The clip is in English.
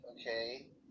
okay